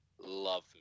Love